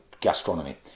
gastronomy